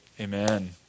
Amen